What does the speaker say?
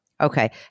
Okay